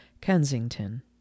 Kensington